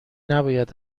نباید